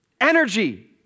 energy